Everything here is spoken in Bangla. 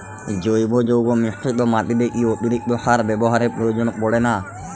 জৈব যৌগ মিশ্রিত মাটিতে কি অতিরিক্ত সার ব্যবহারের প্রয়োজন পড়ে না?